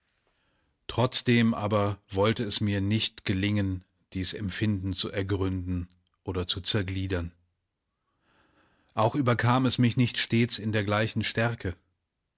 trotzdem aber wollte es mir nicht gelingen dies empfinden zu ergründen oder zu zergliedern auch überkam es mich nicht stets in der gleichen stärke